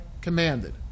commanded